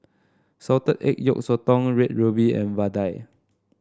Salted Egg Yolk Sotong Red Ruby and vadai